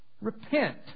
Repent